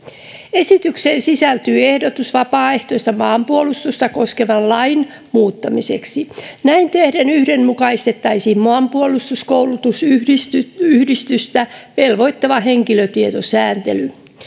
esitykseen sisältyy ehdotus vapaaehtoista maanpuolustusta koskevan lain muuttamiseksi näin tehden yhdenmukaistettaisiin maanpuolustuskoulutusyhdistystä velvoittava henkilötietosääntely